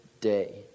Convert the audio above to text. day